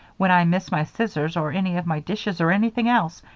when i miss my scissors or any of my dishes or anything else,